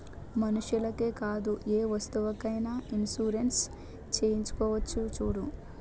మనుషులకే కాదే ఏ వస్తువులకైన ఇన్సురెన్సు చేసుకోవచ్చును చూడూ